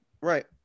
Right